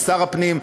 עם שר הפנים.